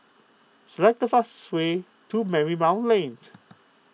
select the fastest way to Marymount Lane